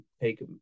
take